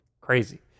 Crazy